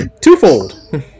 Twofold